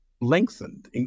lengthened